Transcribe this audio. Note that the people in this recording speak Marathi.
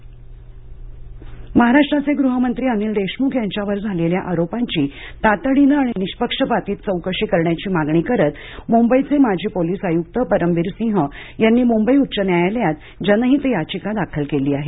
परमबीर याचिका महाराष्ट्राचे गृहमंत्री अनिल देशमुख यांच्यावर झालेल्या आरोपांची तातडीनं आणि निष्पक्षपाती चौकशी करण्याची मागणी करत मुंबईचे माजी पोलीस आयुक्त परमबीर सिंह यांनी मुंबई उच्च न्यायालयात जनहित याचिका दाखल केली आहे